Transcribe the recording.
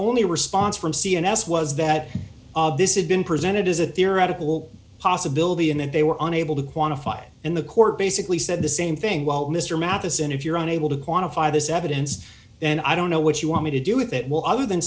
only response from cns was that this has been presented as a theoretical possibility and then they were unable to quantify and the court basically said the same thing while mr matheson if you're on able to quantify this evidence then i don't know what you want me to do with it will other than